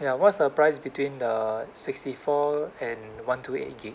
ya what's the price between the sixty four and one two eight gig